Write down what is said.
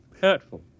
Hurtful